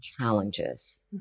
challenges